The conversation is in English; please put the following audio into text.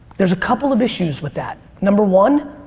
there's a couple of issues with that, number one,